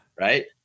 Right